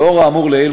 לאור האמור לעיל,